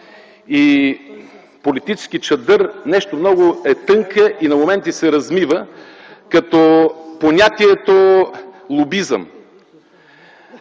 и политически чадър е много тънка и на моменти се размива като понятието „лобизъм”.